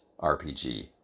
RPG